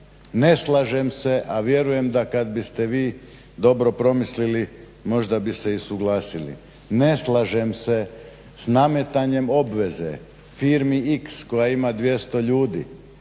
Ne slažem se,a vjerujem da kad bi ste vi dobro promislili, možda bi se i suglasili. Ne slažem se s nametanjem obveze firmi x koja ima 200 ljudi,